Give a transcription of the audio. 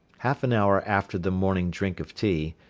half an hour after the morning drink of tea,